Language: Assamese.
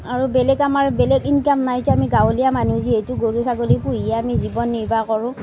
আৰু বেলেগ আমাৰ বেলেগ ইনকাম নাই যে আমি গাঁৱলীয়া মানুহ যিহেতু গৰু ছাগলী পুহি আমি জীৱন নিৰ্বাহ কৰোঁ